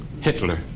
Hitler